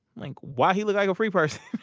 like, why he looked like a free person.